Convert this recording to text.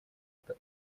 это